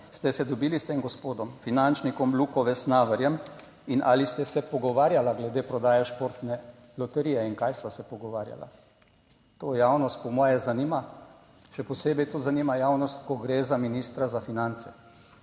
ste se dobili s tem gospodom finančnikom Luko Vesnaverjem in ali ste se pogovarjala glede prodaje Športne loterije in kaj sta se pogovarjala? To javnost po moje zanima. Še posebej to zanima javnost, ko gre za ministra za finance,